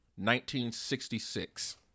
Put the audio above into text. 1966